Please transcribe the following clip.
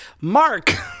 Mark